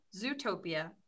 Zootopia